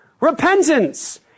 Repentance